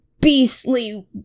beastly